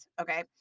Okay